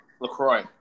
LaCroix